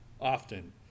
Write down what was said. often